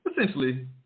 essentially